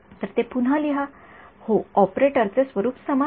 तर ते पुन्हा लिहा होय ऑपरेटरचे स्वरूप समान आहे